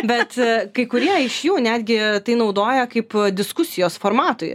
bet kai kurie iš jų netgi tai naudoja kaip diskusijos formatui